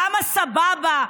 כמה סבבה,